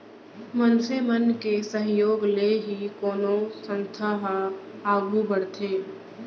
मनसे मन के सहयोग ले ही कोनो संस्था ह आघू बड़थे